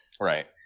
right